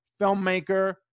filmmaker